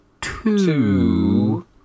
two